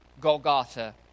Golgotha